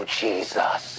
jesus